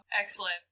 excellent